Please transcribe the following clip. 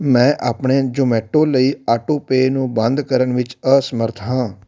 ਮੈਂ ਆਪਣੇ ਜ਼ੋਮੈਟੋ ਲਈ ਆਟੋਪੇਅ ਨੂੰ ਬੰਦ ਕਰਨ ਵਿੱਚ ਅਸਮਰੱਥ ਹਾਂ